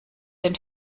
den